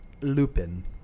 Lupin